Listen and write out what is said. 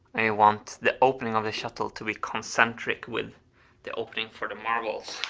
i want the opening of the shuttle to be concentric with the opening for the marbles.